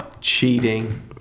cheating